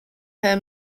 her